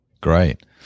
Great